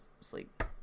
sleep